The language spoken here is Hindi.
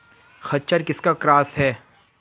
खच्चर किसका क्रास है?